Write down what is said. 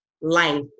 life